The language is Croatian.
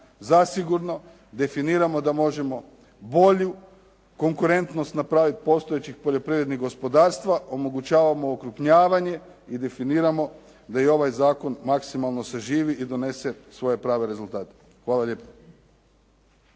zasigurno definiramo da možemo bolju konkurentnost napraviti postojećih poljoprivrednih gospodarstva, omogućavamo okrupnjavanje i definiramo da i ovaj zakon maksimalno saživi i donese svoje prave rezultate. Hvala lijepo.